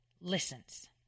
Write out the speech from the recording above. listens